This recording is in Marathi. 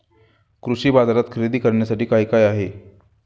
कृषी बाजारात खरेदी करण्यासाठी काय काय आहे?